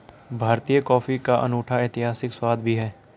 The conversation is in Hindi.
भारतीय कॉफी का एक अनूठा ऐतिहासिक स्वाद भी है